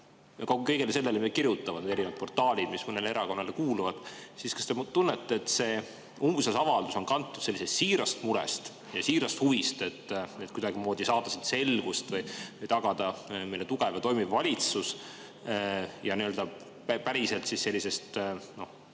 kõigele sellele, mida kirjutavad erinevad portaalid, mis mõnele erakonnale kuuluvad, siis kas te tunnete, et see umbusaldusavaldus on kantud sellisest siirast murest ja siirast huvist, et kuidagimoodi saada siin selgust või tagada meile tugev ja toimiv valitsus ja nii-öelda päriselt pettumusest